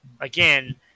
again